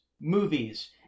movies